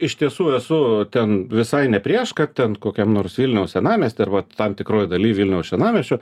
iš tiesų esu ten visai ne prieš kad ten kokiam nors vilniaus senamiesty arba tam tikroj daly vilniaus senamiesčio